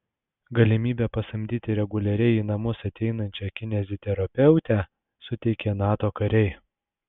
galimybę pasamdyti reguliariai į namus ateinančią kineziterapeutę suteikė nato kariai